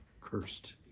cursed